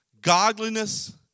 godliness